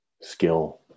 skill